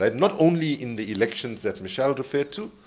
and not only in the elections that michelle referred to,